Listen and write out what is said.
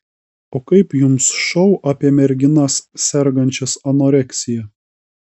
o kaip jums šou apie merginas sergančias anoreksija